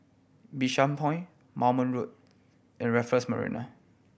Bishan Point Moulmein Road and Raffles Marina